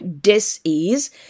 dis-ease